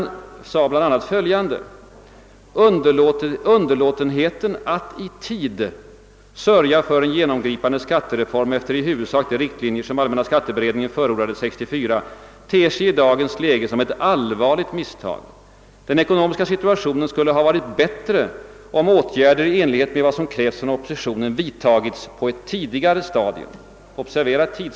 Där anfördes bl.a.: Underlåtenheten att i tid sörja för en genomgripande skattereform efter i huvudsak de riktlinjer som allmänna skatteberedningen förordade 1964 ter sig i dagens läge som ett allvarligt misstag. Den ekonomiska situationen skulle ha varit bättre om åtgärder i enlighet med vad som krävts från oppositionen vidtagits på ett tidigare stadium.